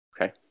Okay